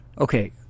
Okay